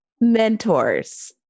Mentors